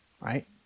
right